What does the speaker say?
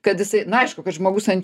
kad jisai na aišku kad žmogus ant